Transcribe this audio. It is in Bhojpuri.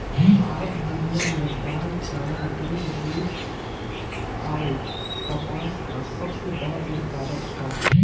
भारत दुनिया में दाल चावल दूध जूट आउर कपास का सबसे बड़ा उत्पादक ह